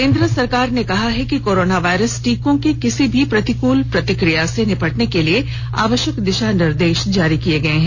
केन्द्र सरकार ने कहा है कि कोरोनावायरस टीकों की किसी भी प्रतिकूल प्रतिक्रिया से निपटने के लिए आवश्यक दिशानिर्देश जारी किए गए हैं